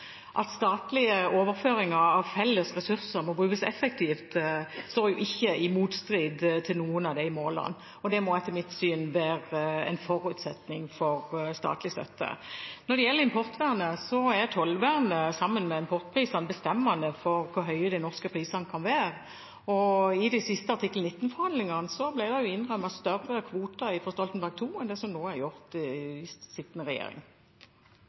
At statlige overføringer av felles ressurser må brukes effektivt, står jo ikke i motstrid til noen av de målene, og det må etter mitt syn være en forutsetning for statlig støtte. Når det gjelder importvernet, er tollvernet, sammen med importprisene, bestemmende for hvor høye de norske prisene kan være, og i de siste artikkel 19-forhandlingene ble det innrømmet større kvoter fra regjeringen Stoltenberg II enn det som nå er gjort av den sittende regjering.